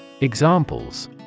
Examples